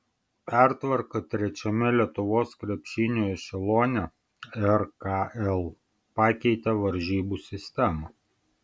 pertvarka trečiame lietuvos krepšinio ešelone rkl pakeitė varžybų sistemą